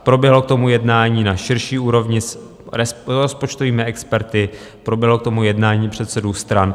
Proběhlo k tomu jednání na širší úrovni s rozpočtovými experty, proběhlo k tomu jednání předsedů stran.